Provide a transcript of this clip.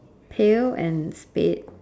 pail and spade